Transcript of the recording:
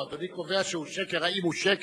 לא, אדוני קובע שהוא שקר, האם הוא שקר?